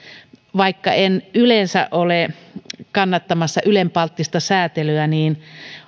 vaikka en yleensä ole kannattamassa ylenpalttista säätelyä niin